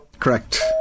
Correct